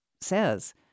says